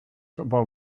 football